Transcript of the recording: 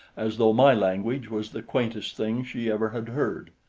as though my language was the quaintest thing she ever had heard.